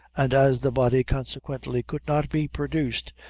and, as the body consequently could not be produced,